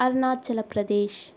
Arunachal Pradesh